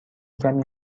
کمی